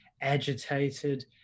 agitated